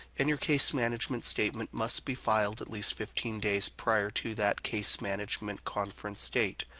and your case management statement must be filed at least fifteen days prior to that case management conference date.